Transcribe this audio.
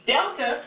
Delta